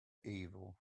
evil